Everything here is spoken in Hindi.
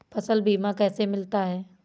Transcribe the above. फसल बीमा कैसे मिलता है?